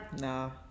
No